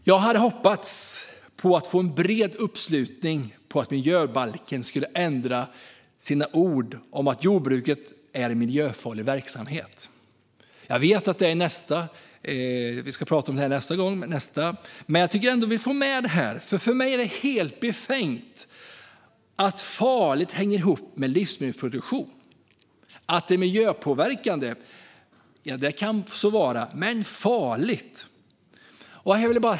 Jag hade hoppats få en bred uppslutning gällande att orden i miljöbalken skulle ändras om att jordbruket är en miljöfarlig verksamhet. Jag vet att vi ska prata om det här i nästa debatt, men jag vill ändå få med det här också, för det är för mig helt befängt att ordet "farligt" hänger ihop med ordet "livsmedelsproduktion". Miljöpåverkande kan den vara, men farlig?